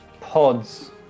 pods